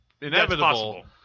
inevitable